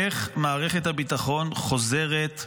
איך מערכת הביטחון חוזרת,